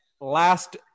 last